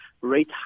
rate